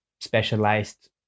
specialized